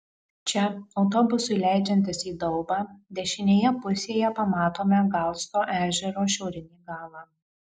čia autobusui leidžiantis į daubą dešinėje pusėje pamatome galsto ežero šiaurinį galą